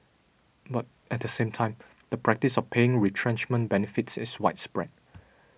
but at the same time the practice of paying retrenchment benefits is widespread